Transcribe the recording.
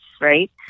right